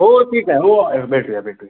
हो ठीक आहे हो भेटू या भेटू या